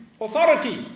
authority